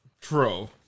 True